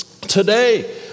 today